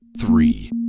three